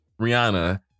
Rihanna